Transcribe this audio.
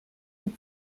die